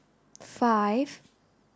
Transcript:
five